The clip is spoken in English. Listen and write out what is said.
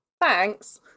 thanks